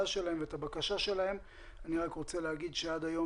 והבקשה שלהם אני רוצה לומר שעד היום,